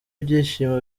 ibyishimo